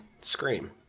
Scream